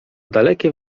dalekie